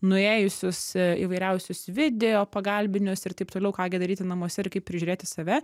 nuėjusius įvairiausius video pagalbinius ir taip toliau ką gi daryti namuose ir kaip prižiūrėti save